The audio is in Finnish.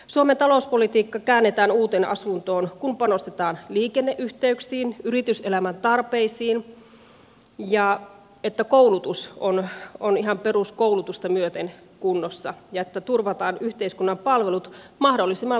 suomen talouspolitiikka käännetään uuteen asentoon kun panostetaan liikenneyhteyksiin yrityselämän tarpeisiin ja siihen että koulutus on ihan peruskoulutusta myöten kunnossa ja siihen että turvataan yhteiskunnan palvelut mahdollisimman laajoina